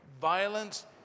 violence